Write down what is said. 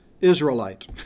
Israelite